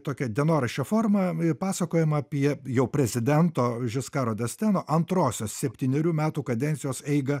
tokia dienoraščio forma i pasakojama apie jau prezidento žiskaro desteno antrosios septynerių metų kadencijos eigą